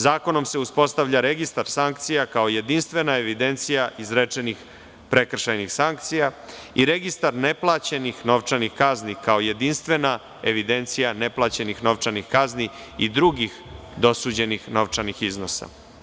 Zakonom se uspostavlja registar sankcija kao jedinstvena evidencija izrečenih prekršajnih sankcija i registar neplaćenih novčanih kazni kao jedinstvena evidencija neplaćenih novčanih kazni i drugih dosuđenih novčanih iznosa.